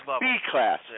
B-class